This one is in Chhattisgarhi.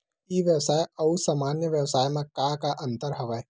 ई व्यवसाय आऊ सामान्य व्यवसाय म का का अंतर हवय?